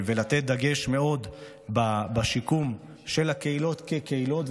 לתת דגש על שיקום של הקהילות כקהילות,